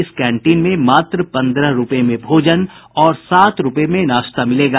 इस कैंटीन में मात्र पंद्रह रूपये में भोजन और सात रूपये में नाश्ता मिलेगा